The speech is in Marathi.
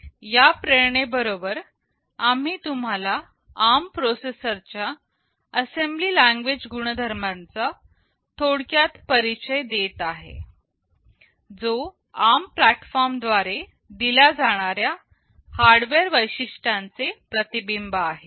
या प्रेरणे बरोबर आम्ही तुम्हाला ARM प्रोसेसर च्या असेंबली लैंग्वेज गुणधर्मांचा थोडक्यात परिचय देत आहे जो ARM प्लेटफॉर्म द्वारे दिल्या जाणाऱ्या हार्डवेअर वैशिष्ट्यांचे प्रतिबिंब आहे